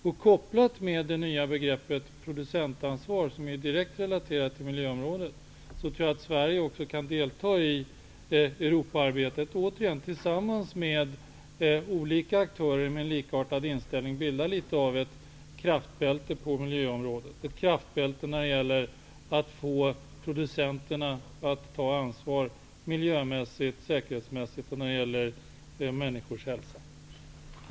Tillsammans med det nya begreppet producentansvar, som är direkt relaterat till miljöområdet, gör det att Sverige också kan delta i arbetet i Europa och återigen tillsammans med olika aktörer med likartad inställning bilda något av ett kraftbälte på miljöområdet. Det skulle få producenterna att ta ansvar för miljön, säkerheten och människors hälsa.